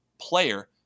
player